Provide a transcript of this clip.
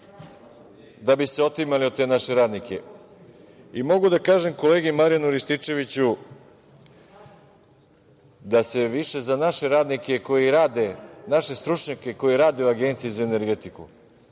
da bi se otimali o te naše radnike. Mogu da kažem kolegi Marijanu Rističeviću da se više za naše radnike koji rade, naše stručnjake koji rade u Agenciji za energetiku